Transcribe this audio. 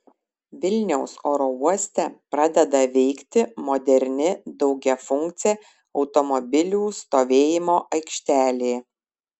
vilniaus oro uoste pradeda veikti moderni daugiafunkcė automobilių stovėjimo aikštelė